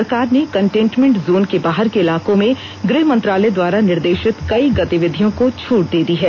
सरकार ने containment zone के बाहर के इलाकों में गृह मंत्रालय द्वारा निर्देशित कई गतिविधियों को छूट दे दी है